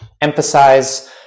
emphasize